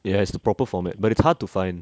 it has the proper format but it's hard to find